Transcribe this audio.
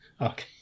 Okay